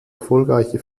erfolgreiche